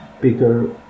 bigger